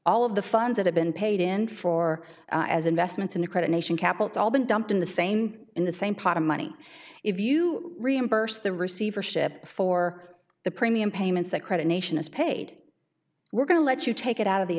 all of the funds that have been paid in for as investments and accreditation kapell it's all been dumped in the same in the same pot of money if you reimburse the receivership for the premium payments that credit nation is paid we're going to let you take it out of the